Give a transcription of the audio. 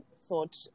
thought